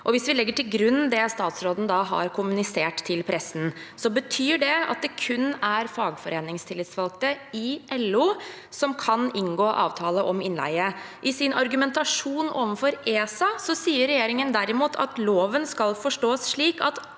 Hvis vi legger til grunn det statsråden da har kommunisert til pressen, betyr det at det kun er fagforeningstillitsvalgte i LO som kan inngå avtale om innleie. I sin argumentasjon overfor ESA sier regjeringen derimot at loven skal forstås slik at